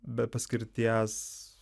be paskirties